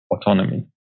autonomy